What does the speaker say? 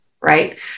right